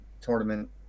tournament